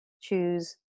choose